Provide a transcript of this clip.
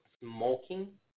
smoking